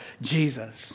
Jesus